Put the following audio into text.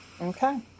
Okay